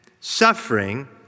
suffering